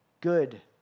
good